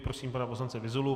Prosím pana poslance Vyzulu.